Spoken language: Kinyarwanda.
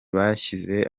bashyize